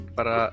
Para